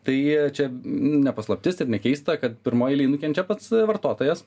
tai čia ne paslaptis ir nekeista kad pirmoj eilėj nukenčia pats vartotojas